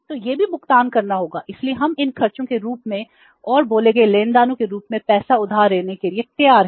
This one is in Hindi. तो यह भी भुगतान करना होगा इसलिए हम इन खर्चों के रूप में और बोले गए लेनदारों के रूप में पैसा उधार लेने के लिए तैयार हैं